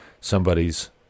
somebody's